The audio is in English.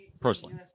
personally